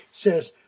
says